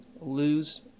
lose